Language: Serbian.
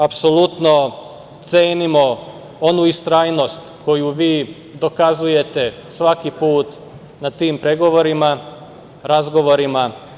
Apsolutno cenimo onu istrajnost koju vi dokazujete svaki put na tim pregovorima, razgovorima.